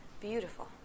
Beautiful